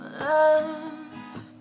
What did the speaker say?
love